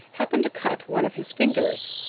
happened to cut one of his fingers.